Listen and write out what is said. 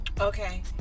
Okay